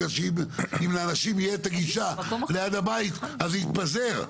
אם לאנשים יהיה את הגישה ליד הבית, אז זה יתפזר.